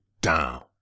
down